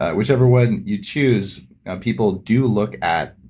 whichever one you choose people do look at